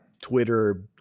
Twitter